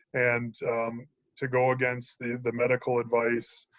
and to go against the the medical advice,